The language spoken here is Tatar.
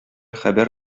хәбәр